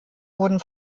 wurden